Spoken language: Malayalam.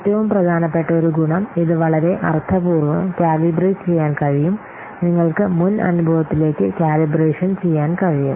ഏറ്റവും പ്രധാനപ്പെട്ട ഒരു ഗുണം ഇത് വളരെ അർത്ഥപൂർവ്വം കാലിബ്രേറ്റ് ചെയ്യാൻ കഴിയും നിങ്ങൾക്ക് മുൻ അനുഭവത്തിലേക്ക് കാലിബ്രേഷൻ ചെയ്യാൻ കഴിയും